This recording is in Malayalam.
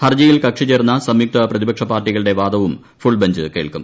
ഹർജിയിൽ കക്ഷി ചേർന്ന സംയുക്ത പ്രതിപക്ഷ പാർട്ടികളുടെ വാദവും ഫുൾബഞ്ച് കേൾക്കും